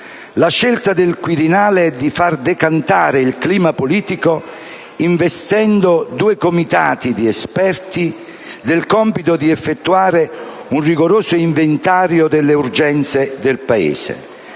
la scelta del Quirinale di far decantare il clima politico investendo due comitati di esperti del compito di effettuare un rigoroso inventario delle urgenze del Paese,